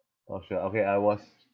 not sure okay I was